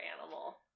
animal